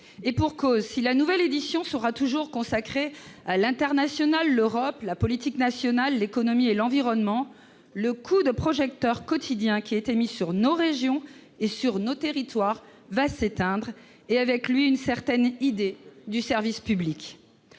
Et pour cause, si la nouvelle édition est toujours consacrée à « l'international, l'Europe, la politique nationale, l'économie, et l'environnement », le coup de projecteur quotidien qui était mis sur nos régions et nos territoires va s'éteindre et, avec lui, une certaine idée du service public.